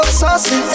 saucy